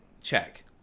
check